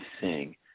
sing